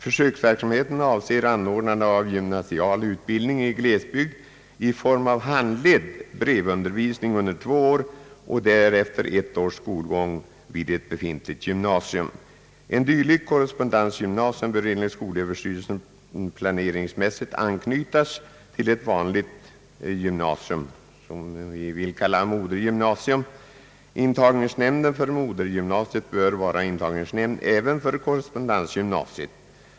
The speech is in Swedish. Försöksverksamheten avser anordnande av gymnasial utbildning i glesbygd i form av handledd brevundervisning under två år och därefter ett års skolgång vid ett befintligt gymnasium. Ett dylikt »korrespondensgymnasium» bör enligt skolöverstyrelsen planeringsmässigt anknytas till ett vanligt gymnasium . Intagningsnämnden för modergymnasiet bör vara intagningsnämnd även för korrespondensgymnasiet.